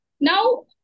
Now